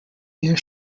air